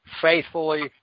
faithfully